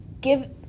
give